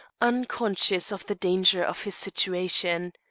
unconscious of the danger of his situation.